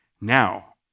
Now